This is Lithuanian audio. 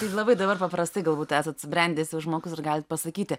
tai labai dabar paprastai galbūt esat subrendęs jau žmogus ir galite pasakyti